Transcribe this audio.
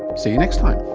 see you next time